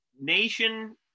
nation